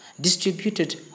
distributed